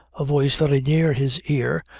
a voice very near his ear,